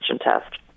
test